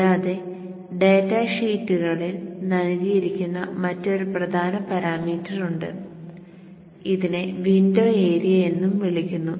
കൂടാതെ ഡാറ്റ ഷീറ്റുകളിൽ നൽകിയിരിക്കുന്ന മറ്റൊരു പ്രധാന പാരാമീറ്റർ ഉണ്ട് ഇതിനെ വിൻഡോ ഏരിയ എന്നും വിളിക്കുന്നു